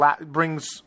brings